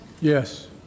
Yes